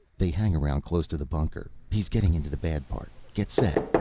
they hang around close to the bunker. he's getting into the bad part. get set!